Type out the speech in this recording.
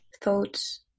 thoughts